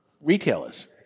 retailers